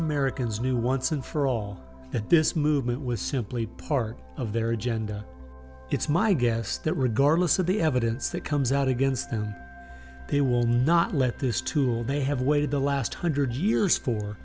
americans knew once and for all that this movement was simply part of their agenda it's my guess that regardless of the evidence that comes out against them they will not let this tool they have waited the last hundred years for